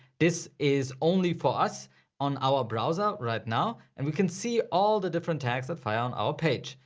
this is only for us on our browser right now and we can see all the different tags that fire on our page.